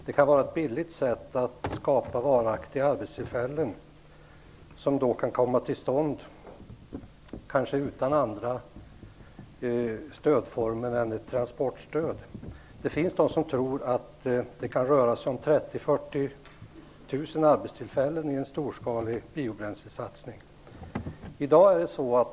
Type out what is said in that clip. Det kan vara ett billigt sätt att skapa varaktiga arbetstillfällen som då kanske kan komma till stånd utan andra stödformer än ett transportstöd. Det finns de som tror att det kan röra sig om 30 000-40 000 arbetstillfällen i en storskalig biobränslesatsning.